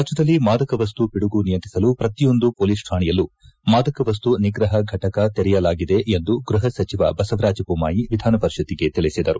ರಾಜ್ದದಲ್ಲಿ ಮಾದಕ ವಸ್ತು ಪಿಡುಗು ನಿಯಂತ್ರಿಸಲು ಪ್ರತಿಯೊಂದು ಪೊಲೀಸ್ ಠಾಣೆಯಲ್ಲೂ ಮಾದಕ ವಸ್ತು ನಿಗ್ರಹ ಘಟಕ ತೆರೆಯಲಾಗಿದೆ ಎಂದು ಗೃಹ ಸಚಿವ ಬಸವರಾಜ ಬೊಮ್ಮಾಯಿ ವಿಧಾನಪರಿಷತ್ತಿಗೆ ತಿಳಿಸಿದರು